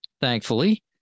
thankfully